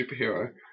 superhero